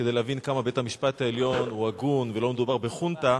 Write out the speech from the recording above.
כדי להבין כמה בית-המשפט העליון הוא הגון ולא מדובר בחונטה,